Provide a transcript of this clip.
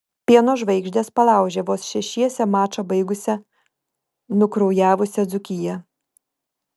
pieno žvaigždės palaužė vos šešiese mačą baigusią nukraujavusią dzūkiją